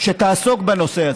שתעסוק בנושא הזה.